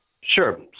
Sure